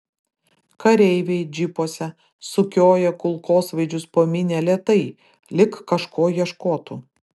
kareiviai džipuose sukioja kulkosvaidžius po minią lėtai lyg kažko ieškotų